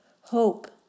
Hope